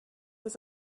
was